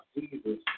Jesus